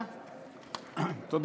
שוב,